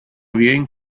viewing